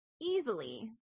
easily